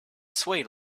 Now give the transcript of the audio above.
swayed